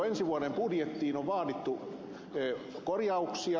ensi vuoden budjettiin on vaadittu korjauksia